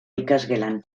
ikasgelan